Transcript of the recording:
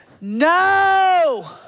no